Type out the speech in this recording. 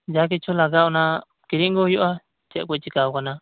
ᱡᱟ ᱠᱤᱪᱷᱩ ᱞᱟᱜᱟᱜ ᱚᱱᱟ ᱠᱤᱨᱤᱧ ᱟᱜᱩᱭ ᱦᱩᱭᱩᱜᱼᱟ ᱪᱮᱫ ᱠᱚ ᱪᱮᱠᱟ ᱟᱠᱟᱱᱟ